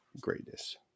greatness